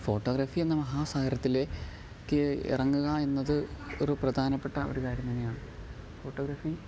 photography എന്ന മഹാസാഗരത്തിലെ ക്ക് ഇറങ്ങുക എന്നത് ഒരു പ്രധാനപ്പെട്ട ഒരു കാര്യം തന്നെയാണ് ഫോട്ടോഗ്രാഫി